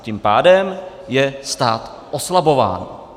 Tím pádem je stát oslabován.